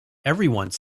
everyone